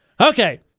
Okay